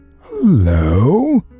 Hello